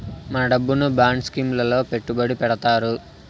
మన డబ్బును bond scheme లలో పెట్టుబడి పెడతారు